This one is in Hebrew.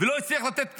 ולא הצליח לתת ביטחון,